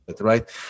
right